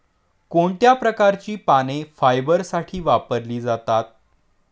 कोणत्या प्रकारची पाने फायबरसाठी वापरली जातात?